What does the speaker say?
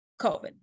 COVID